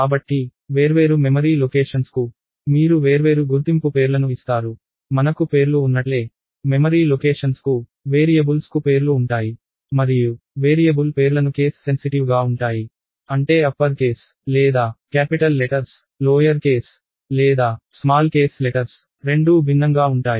కాబట్టి వేర్వేరు memory locations కు మీరు వేర్వేరు గుర్తింపు పేర్లను ఇస్తారు మనకు పేర్లు ఉన్నట్లే మెమరీ లొకేషన్స్ కు వేరియబుల్స్ కు పేర్లు ఉంటాయి మరియు వేరియబుల్ పేర్లను కేస్ సెన్సిటివ్ గా ఉంటాయి అంటే అప్పర్ కేస్ లేదా క్యాపిటల్ లెటర్స్ లోయర్ కేస్ లేదా స్మాల్ కేస్ లెటర్స్ రెండూ భిన్నంగా ఉంటాయి